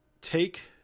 take